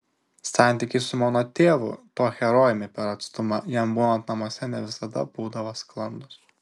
santykiai su mano tėvu tuo herojumi per atstumą jam būnant namuose ne visada būdavo sklandūs